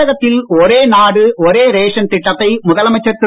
தமிழகத்தில் ஒரே நாடு ஒரே ரேசன் திட்டத்தை முதலமைச்சர் திரு